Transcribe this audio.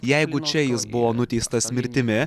jeigu čia jis buvo nuteistas mirtimi